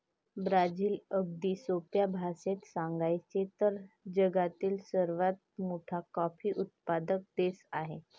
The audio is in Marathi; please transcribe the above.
ब्राझील, अगदी सोप्या भाषेत सांगायचे तर, जगातील सर्वात मोठा कॉफी उत्पादक देश आहे